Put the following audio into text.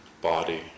body